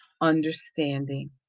understanding